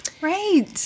Right